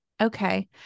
Okay